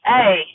Hey